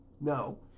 No